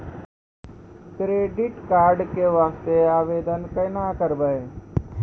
Credit card के वास्ते आवेदन केना करबै?